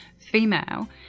female